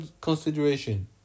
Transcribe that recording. consideration